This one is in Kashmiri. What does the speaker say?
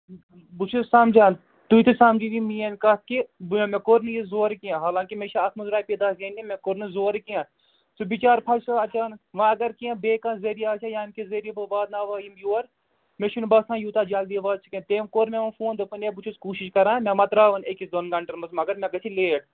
بہٕ چھُس سَمجان تُہۍ تہِ سَمجِو یہِ میٛٲنۍ کَتھ کہِ مےٚ کوٚر نہٕ یہِ زورٕ کیٚنٛہہ حالانٛکہِ مےٚ چھِ اَتھ منٛز رۄپیہِ داہ زیننہِ مےٚ کوٚر نہٕ زورٕ کیٚنٛہہ سُہ بِچار پھسیو اچانک وۄنۍ اگر کیٚنٛہہ بیٚیہِ کانٛہہ ذریعہٕ آسہِ ہا یَمہِ کہِ ذریعہٕ بہٕ واتناو ہا یِم یور مےٚ چھُنہٕ باسان یوٗتاہ جلدی واتہِ سُہ کیٚنہہ تٔمۍ کوٚر مےٚ وۄنۍ مےٚ فون دوٚپُن ہے بہٕ چھُس کوٗشِش کران مےٚ مہ ترٛاوَن أکِس دۄن گنٛٹَن منٛز مگر مےٚ گژھِ لیٹ